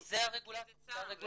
זה הרגולציה.